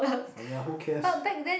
!aiya! who cares